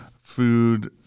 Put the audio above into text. food